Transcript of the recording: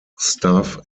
staff